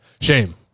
Shame